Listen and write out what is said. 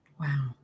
Wow